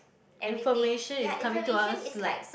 information is coming to us like